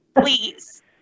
please